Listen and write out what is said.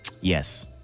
Yes